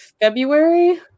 February